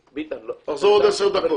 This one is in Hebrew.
תחזור בעוד עשר דקות.